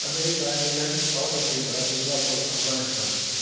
America England South Africa Singapore Afghanistan